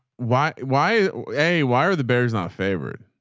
why, why, hey, why are the bears not favored?